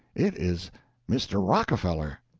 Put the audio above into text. it is mr. rockefeller.